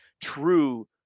true